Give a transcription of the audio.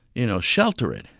you know, shelter it.